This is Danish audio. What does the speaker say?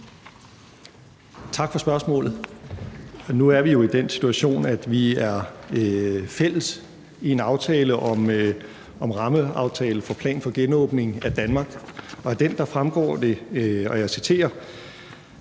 Tak for spørgsmålet. Nu er vi jo i den situation, at vi er fælles om »Rammeaftale om plan for genåbning af Danmark«, og af den fremgår: »Aftalepartierne